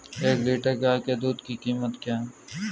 एक लीटर गाय के दूध की कीमत क्या है?